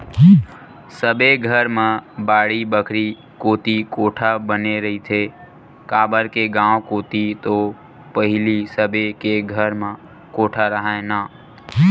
सबे घर मन म बाड़ी बखरी कोती कोठा बने रहिथे, काबर के गाँव कोती तो पहिली सबे के घर म कोठा राहय ना